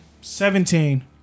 Seventeen